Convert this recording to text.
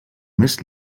més